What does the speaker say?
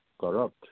corrupt